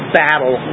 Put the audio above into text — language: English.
battle